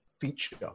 feature